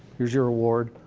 here's your award.